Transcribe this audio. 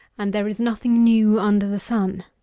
and there is nothing new under the sun.